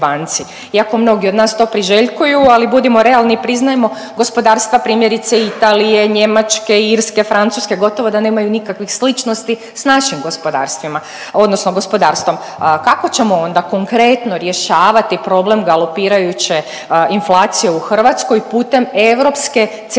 iako mnogi od nas to priželjkuju ali budimo realni priznajmo gospodarstva primjerice Italije, Njemačke, Irske, Francuske gotovo da nemaju nikakvih sličnosti sa našim gospodarstvima, odnosno gospodarstvom kako ćemo onda konkretno rješavati problem galopirajuće inflacije u Hrvatskoj putem Europske centralne